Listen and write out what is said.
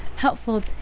Helpful